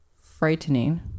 frightening